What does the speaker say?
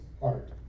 heart